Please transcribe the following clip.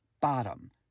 bottom